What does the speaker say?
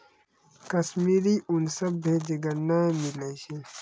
कश्मीरी ऊन सभ्भे जगह नै मिलै छै